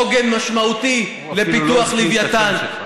עוגן משמעותי לפיתוח לווייתן,